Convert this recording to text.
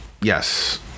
yes